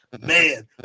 man